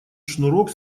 шнурок